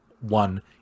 one